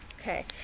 Okay